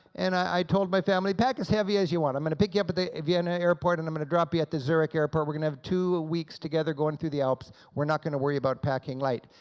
and i told my family, pack as heavy as you want, i'm going to pick you up at the vienna airport and i'm gonna drop you at the zurich airport, we're gonna have two weeks together going through the alps, we're not going to worry about packing light.